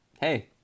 hey